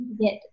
get